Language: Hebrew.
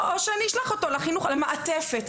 או שאני אשלח אותו לחינוך למעטפת.